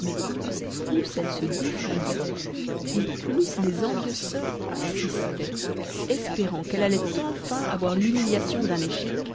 mais plus elle se défendait et plus les envieuses soeurs insistaient espérant qu'elle allait enfin avoir l'humiliation d'un échec